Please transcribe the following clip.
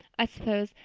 i suppose,